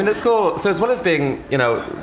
and school so as well as being, you know,